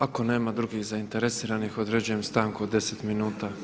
Ako nema drugih zainteresiranih određujem stanku od 10 minuta.